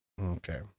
Okay